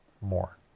More